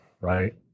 right